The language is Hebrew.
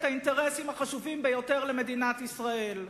האינטרסים החשובים ביותר למדינת ישראל.